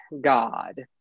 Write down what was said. god